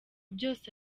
byose